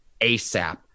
asap